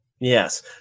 Yes